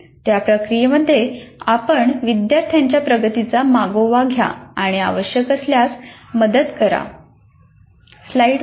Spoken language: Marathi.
त्या प्रक्रियेमध्ये आपण विद्यार्थ्याच्या प्रगतीचा मागोवा घ्या आणि आवश्यक असल्यास मदत करा